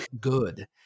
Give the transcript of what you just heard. good